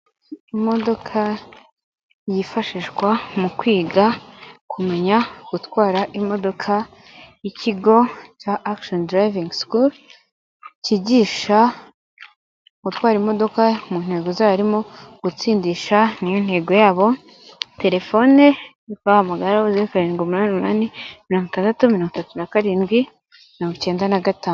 Imodoka yifashishwa mu kwiga, kumenya gutwara imodoka y'ikigo cya akishoni dirivingi sikuru cyigisha gutwara imodoka mu ntego zacyo harimo gutsindisha, niyo ntego yabo telefone yo kubahamagara ho zeru, karindwi, umunani, umunani , mirongo itaratu, mirongo itatu na karindwi, mirongo icyenda na gatanutu.